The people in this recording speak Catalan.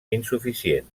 insuficient